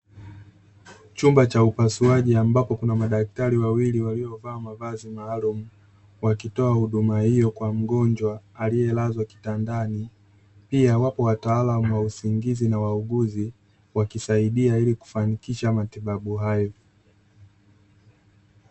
Chumba cha upasuaji ambapo kuna madaktari wawili waliovaa mavazi maalumu wakitoa huduma hiyo kwa mgonjwa aliyelazwa kitandani. Pia wapo wataalamu wa usingizi na wauguzi wakisaidia ili kufanikisha matibabu hayo.